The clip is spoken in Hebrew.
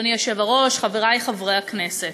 אדוני היושב-ראש, חברי חברי הכנסת,